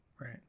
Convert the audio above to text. Right